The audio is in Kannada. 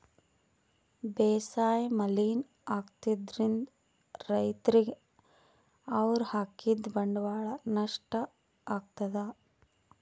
ಬೇಸಾಯ್ ಮಲಿನ್ ಆಗ್ತದ್ರಿನ್ದ್ ರೈತರಿಗ್ ಅವ್ರ್ ಹಾಕಿದ್ ಬಂಡವಾಳ್ ನಷ್ಟ್ ಆಗ್ತದಾ